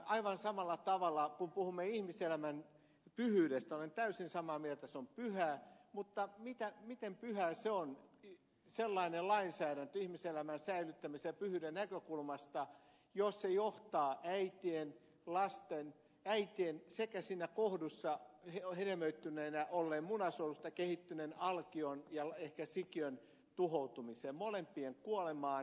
aivan samalla tavalla kuin puhumme ihmiselämän pyhyydestä olen täysin samaa mieltä se on pyhä mutta miten pyhää on sellainen lainsäädäntö ihmiselämän säilyttämisen ja pyhyyden näkökulmasta jos se johtaa äitien sekä siinä kohdussa hedelmöittyneenä olleen munasolusta kehittyneen alkion ja ehkä sikiön tuhoutumiseen molempien kuolemaan